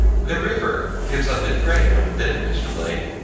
the river gives up its prey now and then, mr. blake.